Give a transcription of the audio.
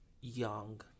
young